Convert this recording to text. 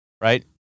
right